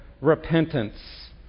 repentance